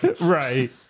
Right